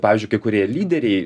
pavyzdžiui kai kurie lyderiai